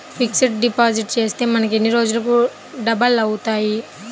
Fixed deposit చేస్తే మనకు ఎన్ని రోజులకు డబల్ అవుతాయి?